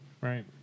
right